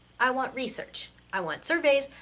i want research. i want surveys.